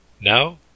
Now